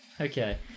Okay